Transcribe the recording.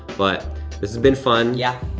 but this has been fun. yeah.